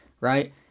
Right